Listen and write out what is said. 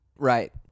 Right